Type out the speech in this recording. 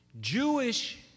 Jewish